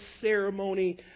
ceremony